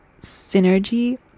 synergy